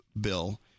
Bill